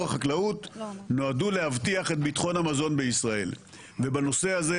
החקלאות נועדו להבטיח את ביטחון המזון בישראל ובנושא הזה,